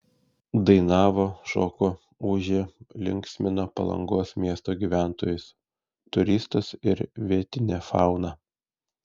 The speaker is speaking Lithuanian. dainavo šoko ūžė linksmino palangos miesto gyventojus turistus ir vietinę fauną